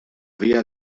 via